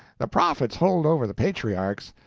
the prophets hold over the patriarchs.